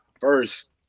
first